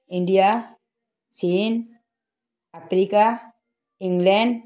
India চীন Africa England